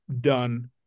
done